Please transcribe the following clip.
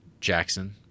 jackson